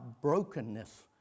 brokenness